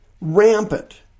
rampant